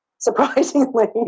Surprisingly